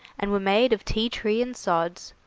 and were made of tea-tree and sods,